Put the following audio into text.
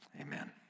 Amen